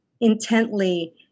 intently